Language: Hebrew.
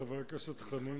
חבר הכנסת חנין,